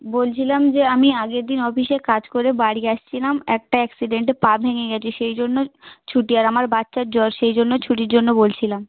বলছিলাম যে আমি আগের দিন অফিসে কাজ করে বাড়ি আসছিলাম একটা অ্যাকসিডেন্টে পা ভেঙে গেছে সেই জন্য ছুটি আর আমার বাচ্চার জ্বর সেই জন্য ছুটির জন্য বলছিলাম